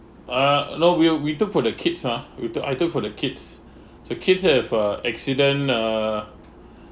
uh uh no we'll we took for the kids ha we took I took for the kids so kids have uh accident uh